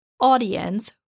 audience